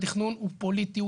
התכנון הוא פוליטי,